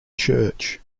church